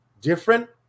different